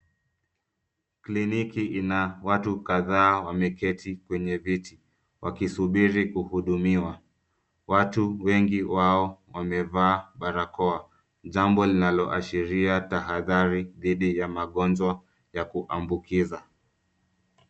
Kliniki ina watu kadhaa wameketi kwenye viti wakisubiri kuhudumiwa. Watu wengi wao wamevaa barakoa. Jambo linaloashiria tahadhari dhidi ya magonjwa ya kuambukiza.